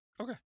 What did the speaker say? okay